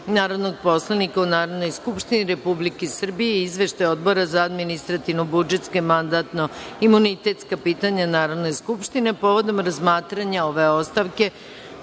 narodnog poslanika u Narodnoj skupštini Republike Srbije i Izveštaj Odbora za administrativno-budžetska i mandatno-imunitetska pitanja Narodne skupštine, povodom razmatranja ove ostavke